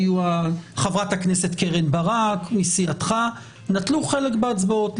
חברת הכנסת קרן ברק מסיעתך, נטלו חלק בהצבעות.